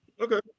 Okay